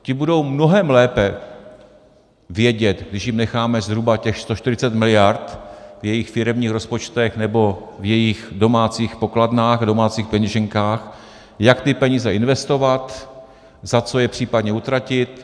Ti budou mnohem lépe vědět, když jim necháme zhruba těch 140 miliard v jejich firemních rozpočtech nebo v jejich domácích pokladnách, v domácích peněženkách, jak ty peníze investovat, za co je případně utratit.